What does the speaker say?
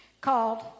called